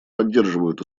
поддерживают